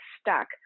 stuck